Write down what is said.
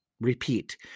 repeat